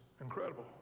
incredible